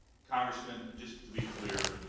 congressman just to be clear,